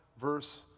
verse